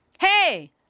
Hey